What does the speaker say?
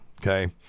Okay